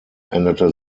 änderte